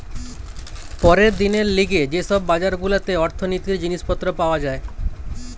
পরের দিনের লিগে যে সব বাজার গুলাতে অর্থনীতির জিনিস পত্র পাওয়া যায়